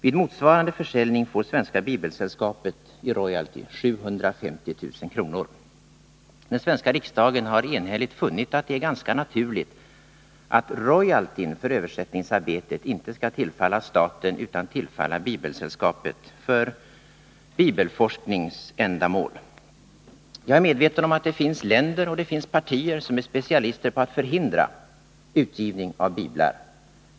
Vid motsvarande försäljning får Svenska bibelsällskapet i royalty 750 000 kr. Den svenska riksdagen har enhälligt funnit att det är ganska naturligt att royaltyn för översättningsarbetet inte skall tillfalla staten utan tillfalla Bibelsällskapet för bibelforskningsändamål. Jag är medveten om att det finns länder och partier som är specialister på att förhindra utgivning av biblar.